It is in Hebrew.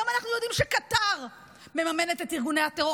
היום אנחנו יודעים שקטר מממנת את ארגוני הטרור,